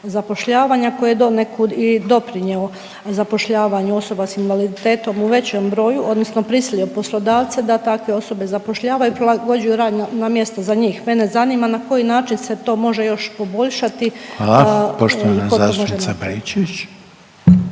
zapošljavanja koji je donekud i doprinjeo zapošljavanju osoba s invaliditetom u većem broju odnosno prisilio poslodavca da takve osobe zapošljavaju i prilagođuju radna mjesta za njih. Mene zanima na koji način se to može još poboljšati…/Upadica Reiner: